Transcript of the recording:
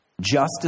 justice